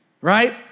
right